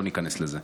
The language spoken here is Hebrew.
לא ניכנס לזה.